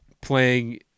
playing